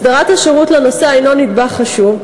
הסדרת השירות לנוסע הוא נדבך חשוב,